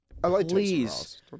Please